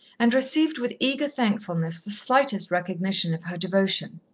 and received with eager thankfulness the slightest recognition of her devotion.